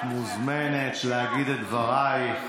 את מוזמנת להגיד את דברייך.